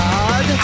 God